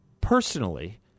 personally